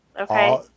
okay